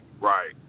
right